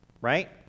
right